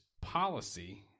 policy